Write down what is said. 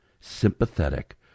sympathetic